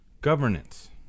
Governance